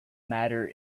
matter